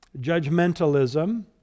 judgmentalism